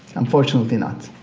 unfortunately not.